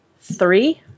three